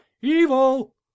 Evil